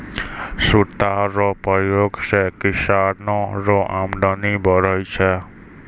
सूता रो प्रयोग से किसानो रो अमदनी बढ़ै छै